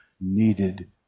needed